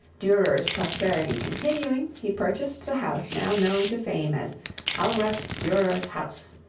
durer's prosperity continuing, he purchased the house now known to fame as albrecht durer's house.